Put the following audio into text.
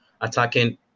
attacking